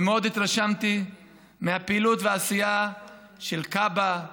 ומאוד התרשמתי מהפעילות והעשייה של כב"א,